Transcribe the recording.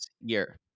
year